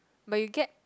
but you get